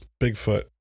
Bigfoot